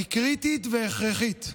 היא קריטית והכרחית.